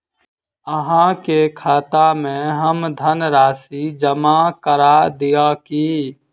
अहाँ के खाता में हम धनराशि जमा करा दिअ की?